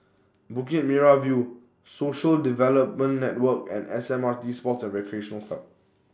Bukit Merah View Social Development Network and S M R T Sports and Recreation Club